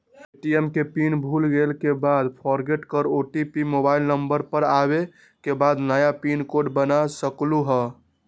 ATM के pin भुलागेल के बाद फोरगेट कर ओ.टी.पी मोबाइल नंबर पर आवे के बाद नया पिन कोड बना सकलहु ह?